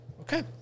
Okay